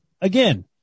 Again